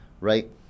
right